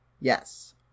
Yes